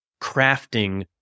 crafting